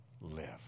live